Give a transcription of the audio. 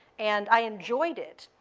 and i enjoyed it.